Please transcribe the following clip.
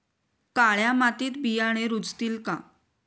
काळ्या मातीत बियाणे रुजतील का?